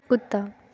कुत्ता